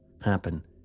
happen